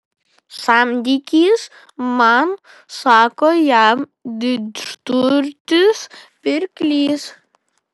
samdykis man sako jam didžturtis pirklys